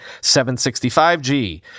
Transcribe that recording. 765G